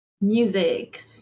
music